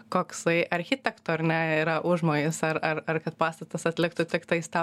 koksai architekto ar ne yra užmojis ar ar ar kad pastatas atliktų tiktais tą